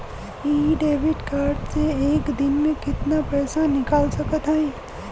इ debit card से एक दिन मे कितना पैसा निकाल सकत हई?